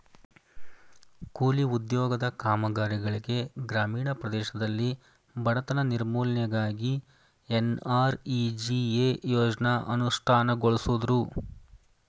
ಕೂಲಿ ಉದ್ಯೋಗದ ಕಾಮಗಾರಿಗಳಿಗೆ ಗ್ರಾಮೀಣ ಪ್ರದೇಶದಲ್ಲಿ ಬಡತನ ನಿರ್ಮೂಲನೆಗಾಗಿ ಎನ್.ಆರ್.ಇ.ಜಿ.ಎ ಯೋಜ್ನ ಅನುಷ್ಠಾನಗೊಳಿಸುದ್ರು